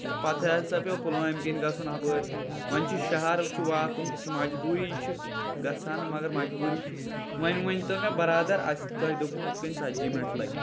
پَتہٕ حظ دَپیو پُلوامہِ کِنۍ گژھو ہُپٲرۍ وۄنۍ چھُ شہر چھُ واتُن یہِ چھِ مجبوٗری یہِ چھِ گژھان مَگر مَجبوٗری چھِ وۄنۍ ؤنۍ تو مےٚ برادر تۄہہِ دوٚپو ہُتھ کَن ژَتجِی مِنٹ لگن